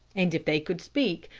and if they could speak,